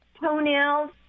Toenails